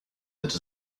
that